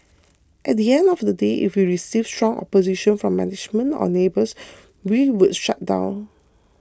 at the end of the day if we received strong opposition from management or neighbours we would shut down